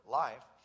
life